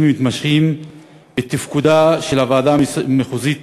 ומתמשכים בתפקודה של הוועדה המחוזית